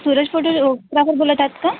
Suresh photographer बोलत आहेत का